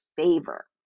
favor